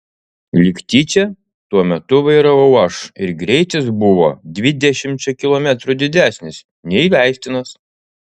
lyg tyčia tuo metu vairavau aš ir greitis buvo dvidešimčia kilometrų didesnis nei leistinas